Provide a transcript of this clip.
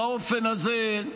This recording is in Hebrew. באופן הזה,